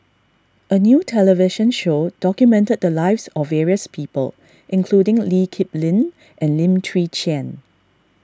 a new television show documented the lives of various people including Lee Kip Lin and Lim Chwee Chian